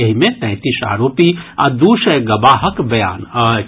एहि मे तैंतीस आरोपी आ दू सय गवाहक बयान अछि